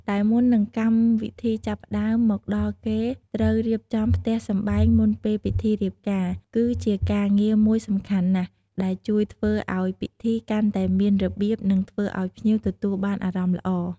ដែលមុននឹងកម្មវិធីចាប់ផ្ដើមមកដល់គេត្រូវរៀបចំផ្ទះសម្បែងមុនពេលពិធីរៀបការ គឺជាការងារមួយសំខាន់ណាស់ ដែលជួយធ្វើអោយពិធីកាន់តែមានរបៀប និងធ្វើឲ្យភ្ញៀវទទួលបានអារម្មណ៍ល្អ។